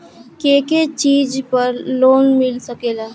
के के चीज पर लोन मिल सकेला?